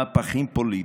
מהפכים פוליטיים,